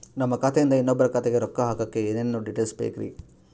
ನಮ್ಮ ಖಾತೆಯಿಂದ ಇನ್ನೊಬ್ಬರ ಖಾತೆಗೆ ರೊಕ್ಕ ಹಾಕಕ್ಕೆ ಏನೇನು ಡೇಟೇಲ್ಸ್ ಬೇಕರಿ?